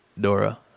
Dora